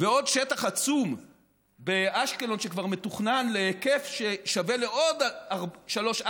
ועוד שטח עצום באשקלון שכבר מתוכנן להיקף ששווה עוד שלוש,